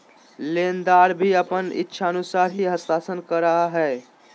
लेनदार भी अपन इच्छानुसार ही हस्ताक्षर करा हइ